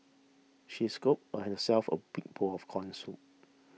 she scooped herself a big bowl of Corn Soup